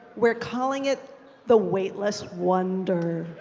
we're calling it the weightless wonder.